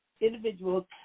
individuals